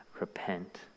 Repent